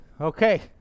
Okay